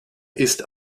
ist